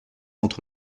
entre